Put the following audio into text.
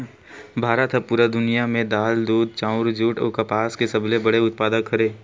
भारत हा पूरा दुनिया में दाल, दूध, चाउर, जुट अउ कपास के सबसे बड़े उत्पादक हरे